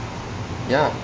ya